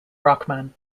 brockman